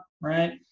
Right